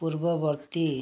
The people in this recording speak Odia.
ପୂର୍ବବର୍ତ୍ତୀ